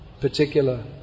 particular